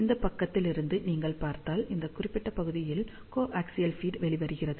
இந்த பக்கத்திலிருந்து நீங்கள் பார்த்தால் இந்த குறிப்பிட்ட பகுதியிலிருந்து கோஆக்சியல் ஃபீட் வெளிவருகிறது